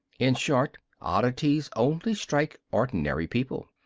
in short, oddities only strike ordinary people.